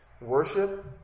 worship